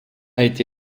été